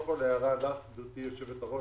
קודם כל הערה לך, גברתי היושבת-ראש.